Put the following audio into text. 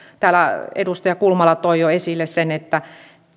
täällä edustaja kulmala toi jo esille sen että